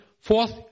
Fourth